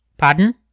Pardon